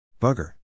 Bugger